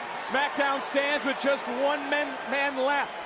smackdown stands with just one man man left,